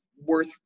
worth